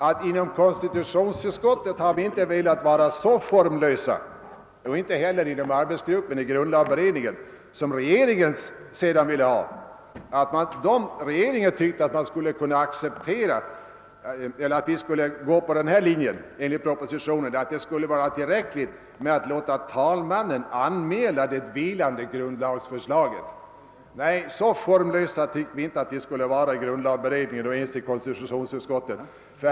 Men inom konstitutionsutskottet och inom arbetsgruppen i grundlagberedningen har vi. inte velat vara så informella som regeringen. Den ansåg att det skulle vara tillräckligt med att låta talmannen anmäla det vilande grundlagsförslaget. Nej, så informella tyckte vi inte att vi skulle vara i grundlagberedningen eller ens i konstitutionsutskottet.